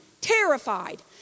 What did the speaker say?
Terrified